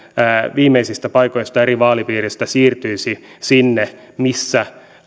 viimeisistä paikoista eri vaalipiireistä siirtyisi sinne missä